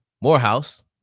Morehouse